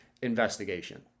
investigation